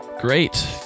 Great